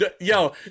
yo